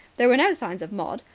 there were no signs of maud.